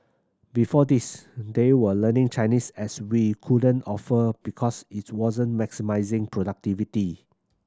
before this they were learning Chinese as we couldn't offer because it wasn't maximising productivity